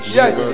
yes